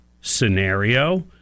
scenario